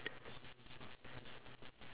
ya a fridge